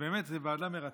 באמת, זו ועדה מרתקת,